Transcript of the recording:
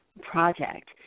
project